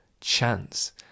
chance